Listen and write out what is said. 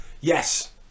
yes